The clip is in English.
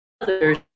others